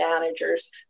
managers